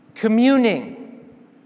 Communing